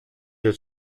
del